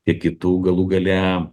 tiek kitų galų gale